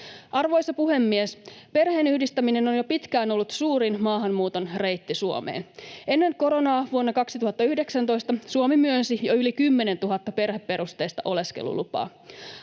Arvoisa puhemies! Perheenyhdistäminen on jo pitkään ollut suurin maahanmuuton reitti Suomeen. Ennen koronaa vuonna 2019 Suomi myönsi jo yli 10 000 perheperusteista oleskelulupaa.